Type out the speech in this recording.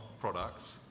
products